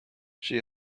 she